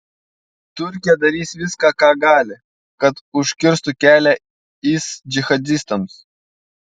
turkija darys viską ką gali kad užkirstų kelią is džihadistams